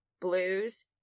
blues